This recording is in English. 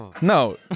No